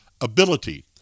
ability